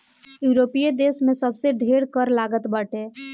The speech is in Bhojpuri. यूरोपीय देस में सबसे ढेर कर लागत बाटे